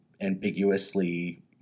ambiguously